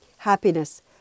Happiness